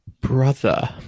Brother